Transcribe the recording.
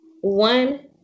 One